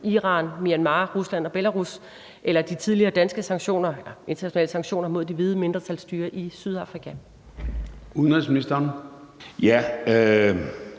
Iran, Myanmar, Rusland og Belarus, eller de tidligere danske sanktioner mod det hvide mindretalsstyre i Sydafrika? Skriftlig